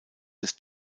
des